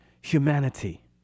humanity